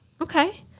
Okay